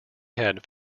had